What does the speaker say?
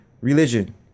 religion